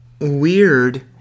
weird